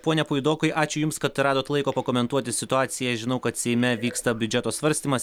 pone puidokai ačiū jums kad radote laiko pakomentuoti situaciją žinau kad seime vyksta biudžeto svarstymas